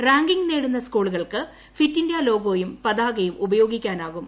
ranking നേടുന്ന സ്കൂളുകൾക്ക് fit India ലോഗോയും പതാകയും ഉപയോഗിക്കാനാകും